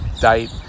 date